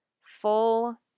Full